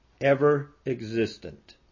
ever-existent